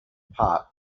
part